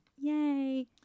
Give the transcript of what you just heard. Yay